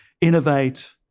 innovate